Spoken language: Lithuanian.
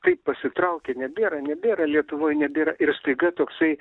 taip pasitraukia nebėra nebėra lietuvoj nebėra ir staiga toksai